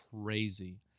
crazy